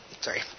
sorry